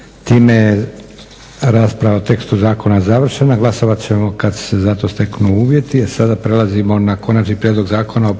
Time je rasprava o tekstu zakona završena. Glasovat ćemo kad se za to steknu uvjeti.